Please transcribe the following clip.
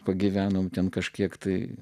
pagyvenome ten kažkiek tai